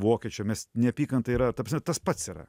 vokiečio mes neapykanta yra ta prasme tas pats yra